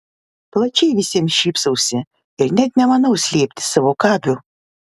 plačiai visiems šypsausi ir net nemanau slėpti savo kabių